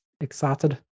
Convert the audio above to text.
excited